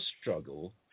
struggle